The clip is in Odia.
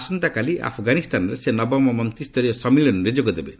ଆସନ୍ତାକାଲି ଆଫଗାନିସ୍ତାନରେ ସେ ନବମ ମନ୍ତ୍ରୀ ସ୍ତରୀୟ ସମ୍ମିଳନୀରେ ଯୋଗ ଦେବେ